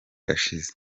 yashize